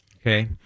Okay